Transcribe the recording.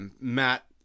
Matt